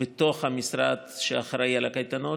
בתוך המשרד שאחראי לקייטנות,